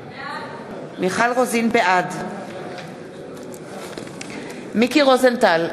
בעד מיקי רוזנטל,